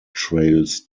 trails